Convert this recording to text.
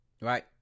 Right